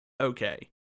okay